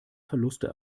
verluste